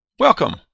Welcome